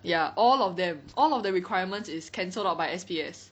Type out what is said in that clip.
ya all of them all of the requirements is cancelled out by S_P_S